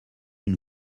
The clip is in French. une